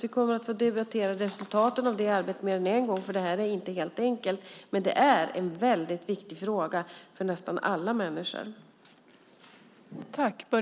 Vi kommer att få debattera resultaten av det arbetet mer än en gång. Det är inte helt enkelt, men det är en viktig fråga för nästan alla människor.